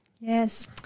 Yes